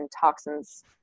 toxins